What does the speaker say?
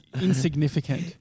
insignificant